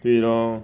对 lor